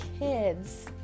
kids